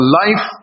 life